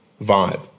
vibe